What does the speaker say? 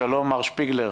שלום מר שפיגלר.